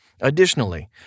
Additionally